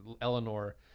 eleanor